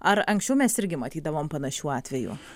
ar anksčiau mes irgi matydavom panašių atvejų